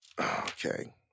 Okay